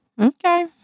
Okay